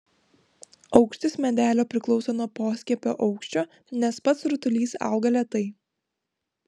aukštis medelio priklauso nuo poskiepio aukščio nes pats rutulys auga lėtai